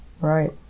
Right